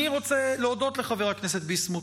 אני רוצה להודות לחבר הכנסת ביסמוט,